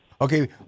Okay